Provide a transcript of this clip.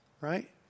right